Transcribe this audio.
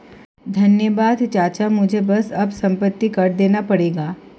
धन्यवाद चाचा मुझे बस अब संपत्ति कर देना पड़ेगा